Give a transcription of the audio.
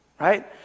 Right